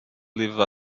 live